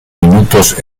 minutos